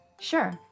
Sure